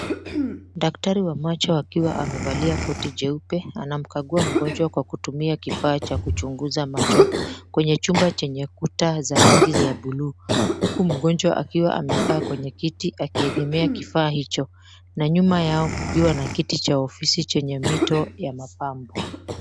Daktari wa macho akiwa amevalia koti jeupe anamkagua mgonjwa kwa kutumia kifaa cha kuchunguza macho kwenye chumba chenye kuta za rangi ya buluu huku mgonjwa akiwa amekaa kwenye kiti akiegemea kifaa hicho na nyuma yao kukiwa na kiti cha ofisi chenye mito ya mapambo.